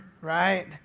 right